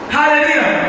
Hallelujah